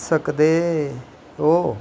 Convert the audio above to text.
सकदे ओ